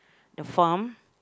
the farm